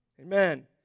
Amen